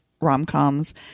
rom-coms